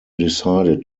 decided